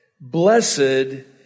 Blessed